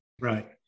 Right